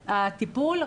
הטיפול,